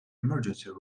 emergency